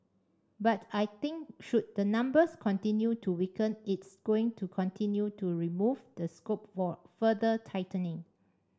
but I think should the numbers continue to weaken it's going to continue to remove the scope for further tightening